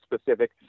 specific